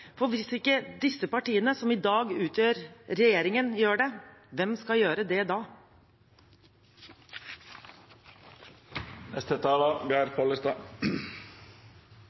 For hvis ikke de partiene som i dag utgjør regjeringen, gjør det, hvem skal da gjøre det?